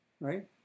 right